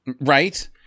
Right